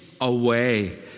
away